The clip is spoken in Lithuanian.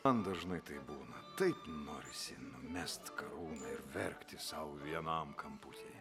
man dažnai taip būna taip norisi numest karūną ir verkti sau vienam kamputy